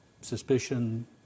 suspicion